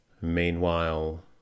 Meanwhile